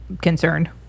concerned